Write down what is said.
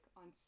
on